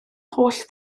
holl